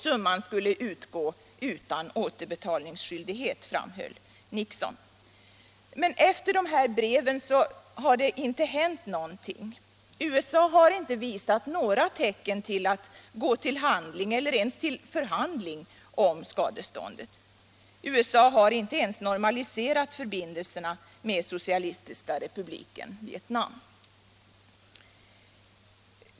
Summan skulle utgå utan återbetalningsskyldighet, framhöll Nixon. Efter dessa brev har det inte hänt någonting. USA har inte visat några tecken till att gå till handling eller ens till förhandling om skadeståndet. USA har inte ens normaliserat förbindelserna med Socialistiska republiken Vietnam.